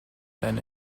than